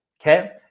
Okay